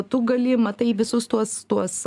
tu gali matai visus tuos tuos